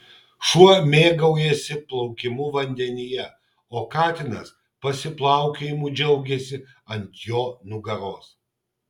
šuo mėgaujasi plaukimu vandenyje o katinas pasiplaukiojimu džiaugiasi ant jo nugaros